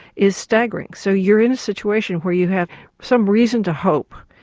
is staggering. so you're in a situation where you have some reason to hope,